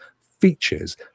features